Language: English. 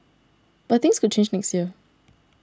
but things could change next year